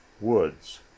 woods